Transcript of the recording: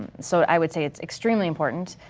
and so i would say it's extremely important